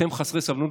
אתם חסרי סבלנות,